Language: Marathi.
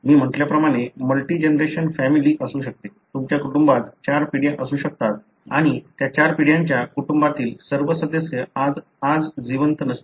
मी म्हटल्याप्रमाणे मल्टि जनरेशन फॅमिली असू शकते तुमच्या कुटुंबात चार पिढ्या असू शकतात आणि त्या चार पिढ्यांच्या कुटुंबातील सर्व सदस्य आज जिवंत नसतील